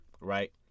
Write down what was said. Right